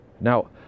Now